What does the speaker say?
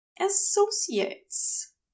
associates